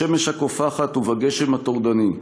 בשמש הקופחת ובגשם הטורדני,